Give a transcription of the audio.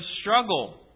struggle